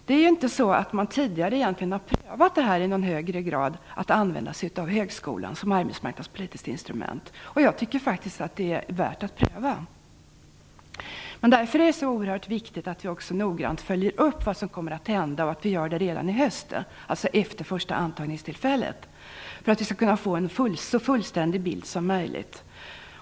Man har inte tidigare i någon högre grad prövat att använda sig av högskolan som arbetsmarknadspolitiskt instrument, och jag tycker att det är värt att pröva. Det är därför oerhört viktigt att vi också noggrant följer upp vad som kommer att hända redan nu i höst, dvs. efter första antagningstillfället, för att vi skall kunna få en så fullständig bild som möjligt.